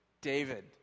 David